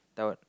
that I would